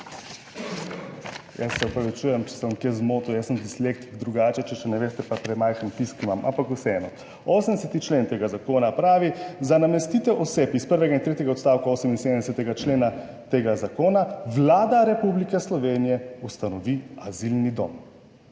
Jaz se opravičujem, če sem se kje zmotil, jaz sem dislektik, drugače, če še ne veste, pa premajhen tisk imam. Ampak vseeno, 80. člen tega zakona pravi, za namestitev oseb iz 1. in tretjega odstavka 78. člena tega zakona Vlada Republike Slovenije ustanovi azilni dom.